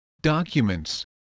documents